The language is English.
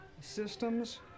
systems